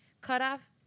cutoff